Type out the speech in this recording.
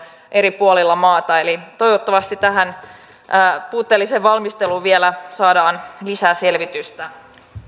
eri puolilla maata eli toivottavasti tähän puutteelliseen valmisteluun vielä saadaan lisää selvitystä